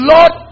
Lord